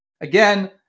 Again